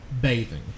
bathing